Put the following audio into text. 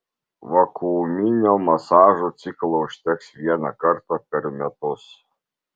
vakuuminio masažo ciklo užteks vieną kartą per metus